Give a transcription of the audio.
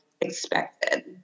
expected